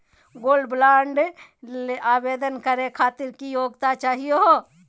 Gold bond ल आवेदन करे खातीर की योग्यता चाहियो हो?